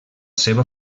seva